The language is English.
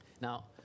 Now